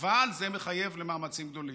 אבל זה מחייב מאמצים גדולים.